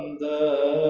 the